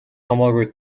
хамаагүй